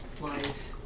life